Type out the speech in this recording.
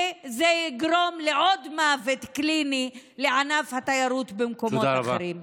וזה יגרום לעוד מוות קליני לענף התיירות במקומות אחרים.